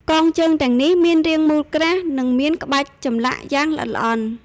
កងជើងទាំងនេះមានរាងមូលក្រាស់ និងមានក្បាច់ចម្លាក់យ៉ាងល្អិតល្អន់។